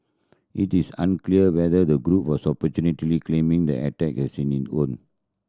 it is unclear whether the group was claiming the attack as own